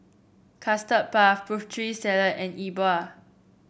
Custard Puff Putri Salad and E Bua